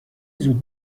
زود